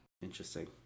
Interesting